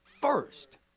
first